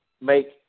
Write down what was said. make